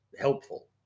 helpful